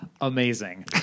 amazing